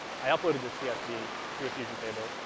i uploaded the csv to a fusion table,